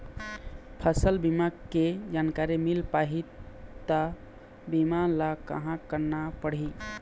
फसल बीमा के जानकारी मिल पाही ता बीमा ला कहां करना पढ़ी?